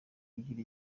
ugira